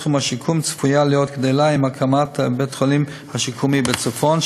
בתחום השיקום צפויה להיות הגדלה עם הקמת בית-החולים השיקומי בצפון,